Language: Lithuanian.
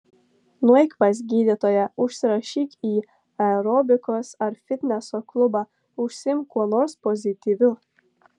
nueik pas gydytoją užsirašyk į aerobikos ar fitneso klubą užsiimk kuo nors pozityviu